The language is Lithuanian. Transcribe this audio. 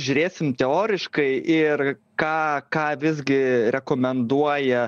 žiūrėsim teoriškai ir ką ką visgi rekomenduoja